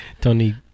Tony